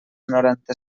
noranta